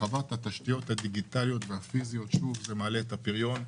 הרחבת התשתיות הדיגיטליות והפיזיות שמעלות את הפריון,